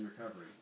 recovery